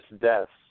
deaths